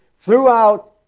throughout